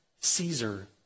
Caesar